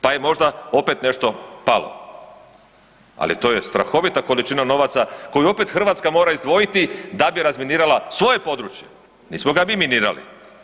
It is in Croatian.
Pa je možda opet nešto palo, ali to je strahovita količina novaca koju opet Hrvatska mora izdvojiti da bi razminirala svoje područje, nismo ga mi minirali.